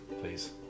please